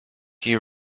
you